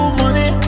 money